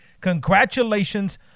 congratulations